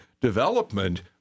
development